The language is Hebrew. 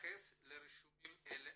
להתייחס לרישומים אלה,